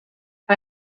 hij